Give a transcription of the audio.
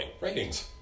Ratings